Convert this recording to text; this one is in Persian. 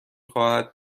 خواهد